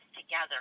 together